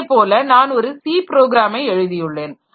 இதே போல நான் ஒரு சி ப்ரோக்ராமை எழுதியுள்ளேன்